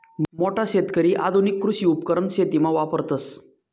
मोठा शेतकरी आधुनिक कृषी उपकरण शेतीमा वापरतस